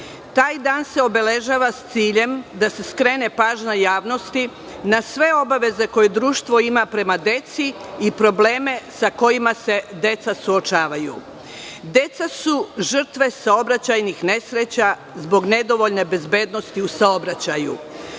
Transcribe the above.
Taj dan se obeležava s ciljem da se skrene pažnja javnosti na sve obaveze koje društvo ima prema deci i probleme sa kojima se deca suočavaju. Deca su žrtve saobraćajnih nesreća zbog nedovoljne bezbednosti u saobraćaju.